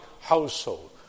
household